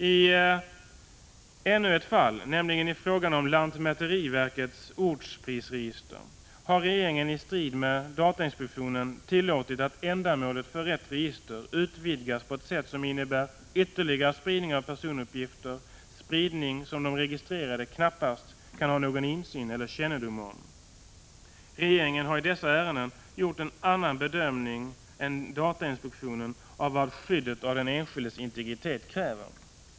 I ännu ett fall, nämligen i fråga om lantmäteriverkets ortsprisregister, har regeringen i strid med datainspektionen tillåtit att ändamålet för ett register utvidgas på ett sätt som innebär ytterligare spridning av personuppgifter, en spridning som de registrerade knappast kan ha någon insyn i eller kännedom om. Regeringen har i dessa ärenden gjort en annan bedömning än datainspektionen av vad skyddet av den enskildes integritet kräver.